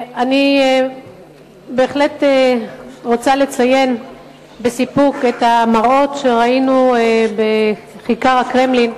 אני בהחלט רוצה לציין בסיפוק את המראות שראינו בכיכר הקרמלין,